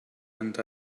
and